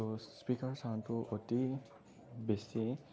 ত' speaker চাউণ্ডটো অতি বেছি